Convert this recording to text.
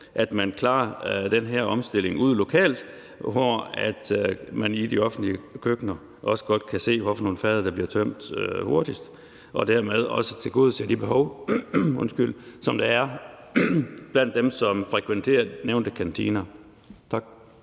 at man klarer den her omstilling ude lokalt, hvor man i de offentlige køkkener godt kan se, hvad for nogle fade der bliver tømt hurtigst, og dermed også tilgodeser de behov, som der er blandt dem, der frekventerer nævnte kantiner. Tak.